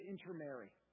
intermarry